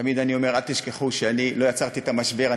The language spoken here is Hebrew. תמיד אני אומר: אל תשכחו שאני לא יצרתי את המשבר,